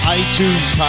iTunes